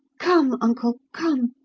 come, uncle, come!